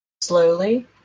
Slowly